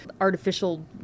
artificial